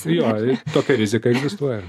jo tokia rizika egzistuoja